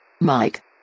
Mike